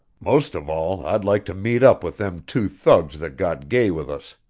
most of all, i'd like to meet up with them two thugs that got gay with us.